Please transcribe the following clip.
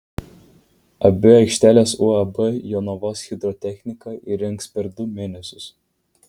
abi aikšteles uab jonavos hidrotechnika įrengs per du mėnesius